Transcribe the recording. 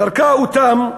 זרקה אותם,